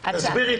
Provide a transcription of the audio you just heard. תסבירי.